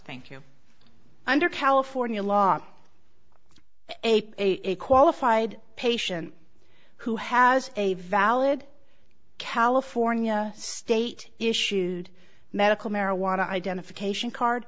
thank you under california law a qualified patient who has a valid california state issued medical marijuana identification card